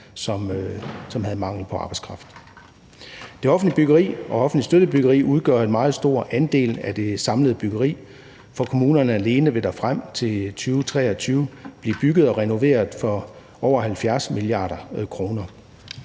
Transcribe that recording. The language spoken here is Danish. som havde mangel på arbejdskraft. Det offentlige byggeri og offentligt støttet byggeri udgør en meget stor andel af det samlede byggeri. For kommunerne alene vil der frem til 2023 blive bygget og renoveret for over 70 mia. kr.